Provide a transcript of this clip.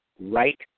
right